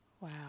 Wow